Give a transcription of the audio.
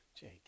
Jake